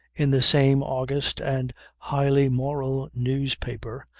in the same august and highly moral newspaper,